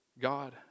God